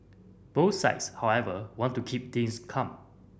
both sides however want to keep things calm